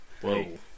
Whoa